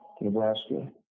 Nebraska